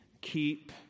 keep